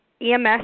EMS